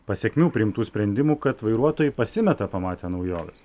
pasekmių priimtų sprendimų kad vairuotojai pasimeta pamatę naujoves